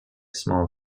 small